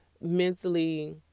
mentally